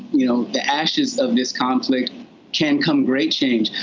you know, the ashes of this conflict can come great change.